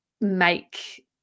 make